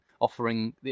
offering